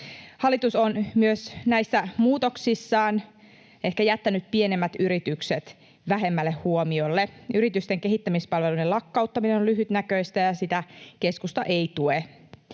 Hallitus on myös näissä muutoksissaan ehkä jättänyt pienemmät yritykset vähemmälle huomiolle. Yritysten kehittämispalveluiden lakkauttaminen on lyhytnäköistä, ja sitä keskusta ei tue.